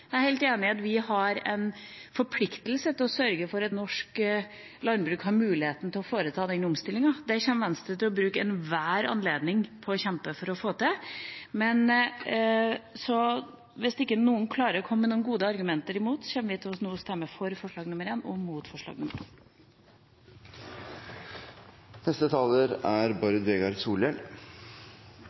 Jeg er helt enig i innholdet og helt enig i at vi har en forpliktelse til å sørge for at norsk landbruk har muligheten til å foreta den omstillinga. Det kommer Venstre til å bruke enhver anledning til å kjempe for å få til, men hvis ingen klarer å komme med noen gode argumenter imot, kommer vi til å stemme for forslag nr. 1 og mot